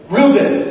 Reuben